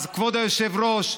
כבוד היושב-ראש,